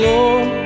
Lord